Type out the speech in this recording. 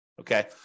Okay